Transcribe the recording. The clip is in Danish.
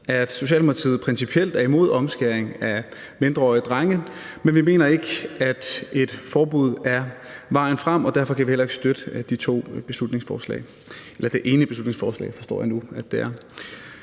at Socialdemokratiet principielt er imod omskæring af mindreårige drenge, men vi mener ikke, at et forbud er vejen frem, og derfor kan vi heller ikke støtte de to beslutningsforslag – eller rettere det ene beslutningsforslag, som jeg nu forstår det er.